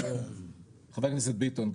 חבר הכנסת ביטון,